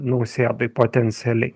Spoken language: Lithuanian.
nausėdai potencialiai